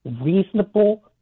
reasonable